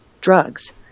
drugs